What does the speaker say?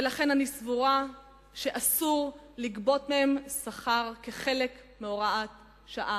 ולכן אני סבורה שאסור לגבות מהם מס שכר כחלק מהוראת שעה.